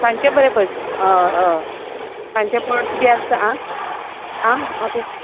सांजचें बरें पूण हय हय सांजचे बर्ड्स बी आसता आं आं ऑके